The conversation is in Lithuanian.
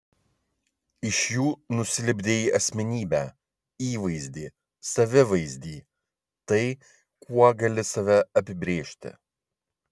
iš jų nusilipdei asmenybę įvaizdį savivaizdį tai kuo gali save apibrėžti